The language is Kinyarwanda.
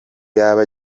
yaba